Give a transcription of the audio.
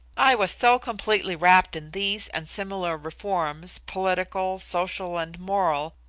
i was so completely rapt in these and similar reforms, political, social, and moral,